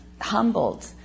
humbled